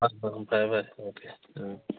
ꯐꯔꯦ ꯐꯔꯦ ꯑꯣꯀꯦ ꯊꯝꯃꯦ